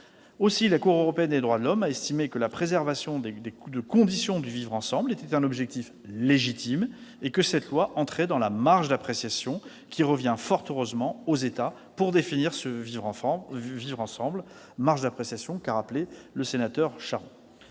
Aussi, la Cour européenne des droits de l'homme a estimé que la préservation de conditions du vivre ensemble était un objectif légitime et que cette loi entrait dans la marge d'appréciation qui revient, fort heureusement, aux États pour définir ce vivre ensemble- le sénateur Pierre Charon